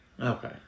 Okay